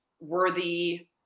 worthy